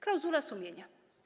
Klauzula sumienia.